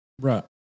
Right